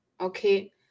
okay